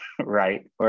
right